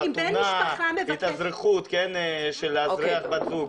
טריגר, חתונה, התאזרחות, לאזרח בת זוג,